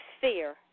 fear